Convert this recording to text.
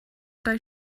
dau